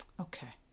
Okay